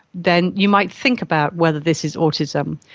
then you might think about whether this is autism,